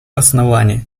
оснований